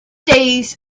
days